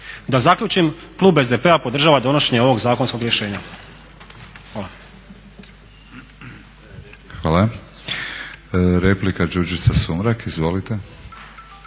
da zaključim, klub SDP-a podržava donošenje ovog zakonskog rješenja. Hvala.